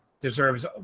deserves